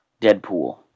Deadpool